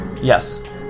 Yes